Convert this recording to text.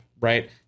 right